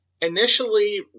initially